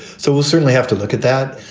so we'll certainly have to look at that.